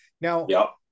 Now